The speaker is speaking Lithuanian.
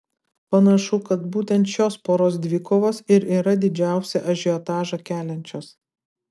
panašu kad būtent šios poros dvikovos ir yra didžiausią ažiotažą keliančios